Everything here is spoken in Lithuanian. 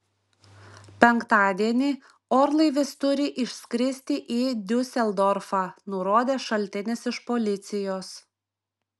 penktadienį orlaivis turi išskristi į diuseldorfą nurodė šaltinis iš policijos